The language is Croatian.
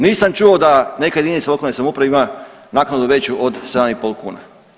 Nisam čuo da neka jedinica lokalne samouprave ima naknadu veću od 7,5 kuna.